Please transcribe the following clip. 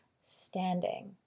standing